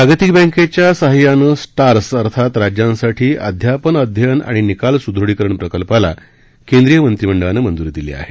जागतिक बँकेच्या सहाय्याने स्टार्स अर्थात राज्यांसाठी अध्यापन अध्ययन आणि निकाल स्दृढीकरणं प्रकल्पाला केंद्रीय मंत्रिमंडळानं मंजूरी दिली आहे